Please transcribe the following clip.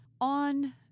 on